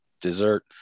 dessert